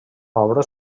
obra